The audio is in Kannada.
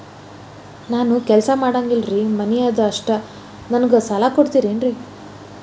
ನಾನು ಏನು ಕೆಲಸ ಮಾಡಂಗಿಲ್ರಿ ಮನಿ ಅದ ಅಷ್ಟ ನನಗೆ ಸಾಲ ಕೊಡ್ತಿರೇನ್ರಿ?